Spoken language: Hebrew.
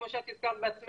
כמו שאת הזכרת בעצמך,